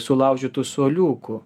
sulaužytų suoliukų